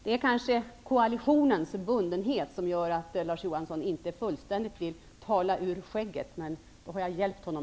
Det är kanske koalitionens bundenhet som gör att Larz Johansson inte fullständigt vill tala ur skägget. Men nu har jag hjälpt honom.